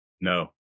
No